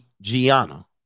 Gianna